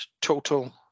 total